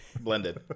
Blended